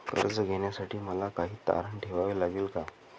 कर्ज घेण्यासाठी मला काही तारण ठेवावे लागेल का?